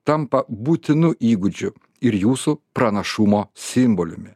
tampa būtinu įgūdžiu ir jūsų pranašumo simboliumi